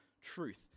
truth